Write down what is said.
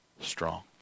strong